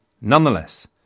Nonetheless